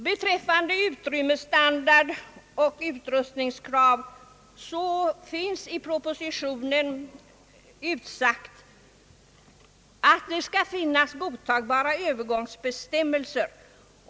| Beträffande utrymmesstandard och utrustningskrav finns i propositionen utsagt, att det skall finnas godtagbara övergångsbestämmelser.